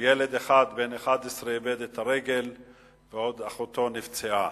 שילד אחד בן 11 איבד את הרגל ואחותו נפצעה.